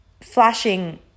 flashing